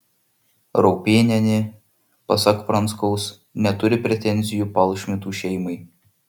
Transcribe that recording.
raupėnienė pasak pranskaus neturi pretenzijų palšmitų šeimai